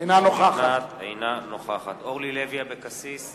אינה נוכחת אורלי לוי אבקסיס,